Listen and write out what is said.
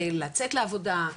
לצאת לעבודה,